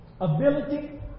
ability